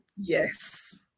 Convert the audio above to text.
Yes